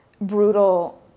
brutal